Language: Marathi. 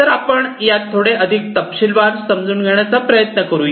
तर आपण यास थोडे अधिक तपशीलवार समजून घेण्याचा प्रयत्न करूया